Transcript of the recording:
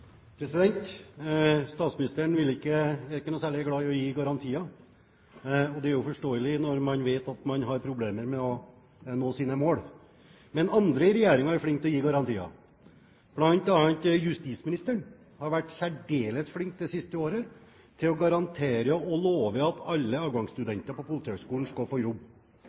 er ikke noe særlig glad i å gi garantier, og det er jo forståelig når man vet at man har problemer med å nå sine mål. Men andre i regjeringen er flinke til å gi garantier. Blant annet har justisministeren vært særdeles flink det siste året til å garantere og love at alle avgangsstudenter på Politihøgskolen skal få jobb.